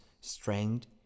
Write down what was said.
strength